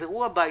תחזרו הביתה.